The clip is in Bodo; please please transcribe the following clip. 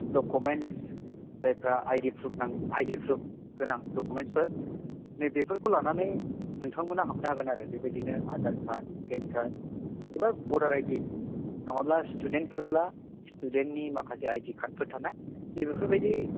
डकुमेन्ट जायफ्रा आयडि प्रुफ आयदि गोनां डकुमेन्टफोर नै बेफोरखौ लानानै नोंथां मोना हाबनो हागोन आरो बेबायदिनो आधार कार्ड पेन कार्ड एबा भटार आइडि नङाब्ला स्टुडेन्टफोरब्ला स्टुडेन्टनि माखासे आइडि कार्डफोर थानाय नैबेफोरबायदि